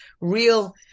real